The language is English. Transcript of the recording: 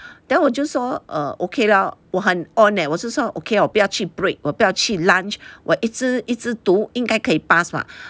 then 我就说 err okay lor 我很 on leh 我是说 okay 我不要去 break 我不要去 lunch 我一直一直读应该可以 pass 吧